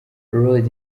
lord